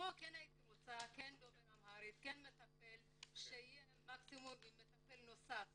פה הייתי רוצה דובר אמהרית ומקסימום עם מטפל נוסף